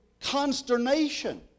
consternation